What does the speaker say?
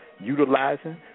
utilizing